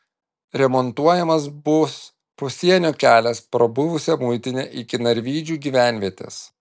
remontuojamas bus pasienio kelias pro buvusią muitinę iki narvydžių gyvenvietės